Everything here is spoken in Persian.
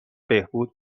بهبود